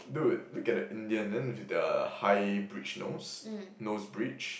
dude look at that Indian then with the high bridge nose nose bridge